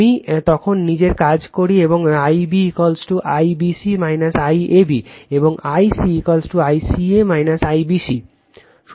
আমি তখন নিজের কাজ করি এবং Ib IBC IAB এবং I c ICA - IBC